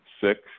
six